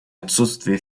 отсутствие